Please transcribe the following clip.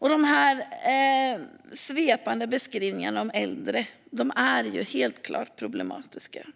De svepande beskrivningarna av äldre är helt klart problematiska,